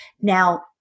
Now